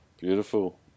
Beautiful